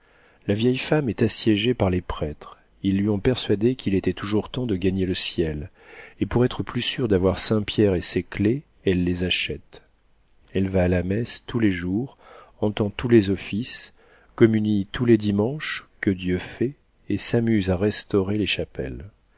la vieille femme est assiégée par les prêtres ils lui ont persuadé qu'il était toujours temps de gagner le ciel et pour être plus sûre d'avoir saint pierre et ses clefs elle les achète elle va à la messe tous les jours entend tous les offices communie tous les dimanches que dieu fait et s'amuse à restaurer les chapelles